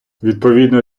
відповідно